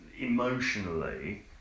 emotionally